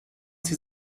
sie